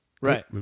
Right